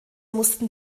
mussten